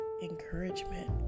Encouragement